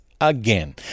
Again